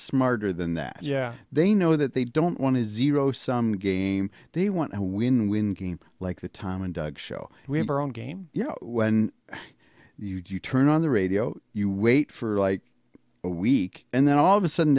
smarter than that yeah they know that they don't want to zero sum game they want to win win games like the tom and doug show we have our own game you know when you turn on the radio you wait for like a week and then all of a sudden